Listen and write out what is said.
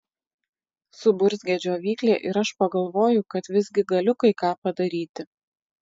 suburzgia džiovyklė ir aš pagalvoju kad visgi galiu kai ką padaryti